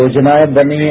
योजनाएं बनी है